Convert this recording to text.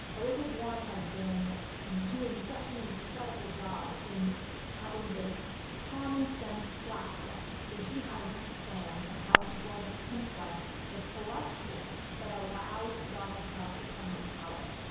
elizabeth warren has been doing such an incredible job in having this common-sense platform where she has these plans on how she's going to confront the corruption that allowed donald trump to come to power.